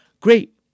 Great